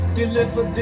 deliver